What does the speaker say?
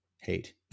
hate